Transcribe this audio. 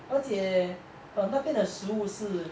而且那边的食物是